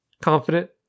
confident